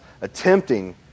attempting